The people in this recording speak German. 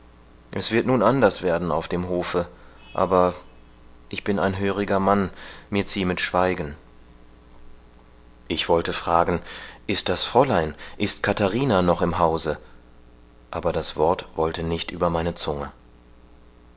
es wird nun anders werden auf dem hofe aber ich bin ein höriger mann mir ziemet schweigen ich wollte fragen ist das fräulein ist katharina noch im hause aber das wort wollte nicht über meine zunge